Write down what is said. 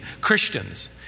Christians